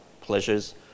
pleasures